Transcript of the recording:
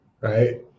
Right